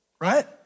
right